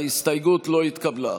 ההסתייגות לא התקבלה.